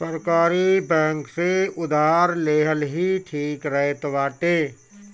सरकारी बैंक से उधार लेहल ही ठीक रहत बाटे